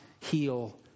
heal